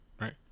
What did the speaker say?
right